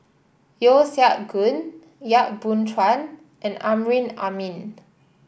Yeo Siak Goon Yap Boon Chuan and Amrin Amin